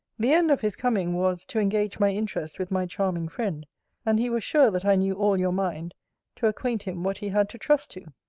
the end of his coming was, to engage my interest with my charming friend and he was sure that i knew all your mind to acquaint him what he had to trust to.